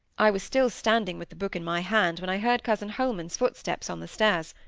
i was still standing with the book in my hand when i heard cousin holman's footsteps on the stairs,